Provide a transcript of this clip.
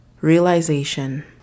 realization